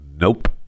Nope